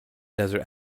desert